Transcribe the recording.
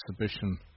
exhibition